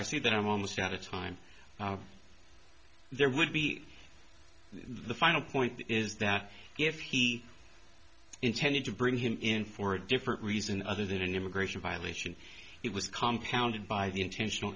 i see that i'm almost out of time there would be the final point is that if he intended to bring him in for a different reason other than an immigration violation it was compound by the intentional